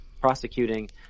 prosecuting